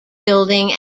building